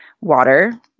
water